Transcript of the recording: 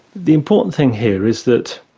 the important thing here is that,